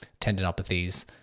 tendinopathies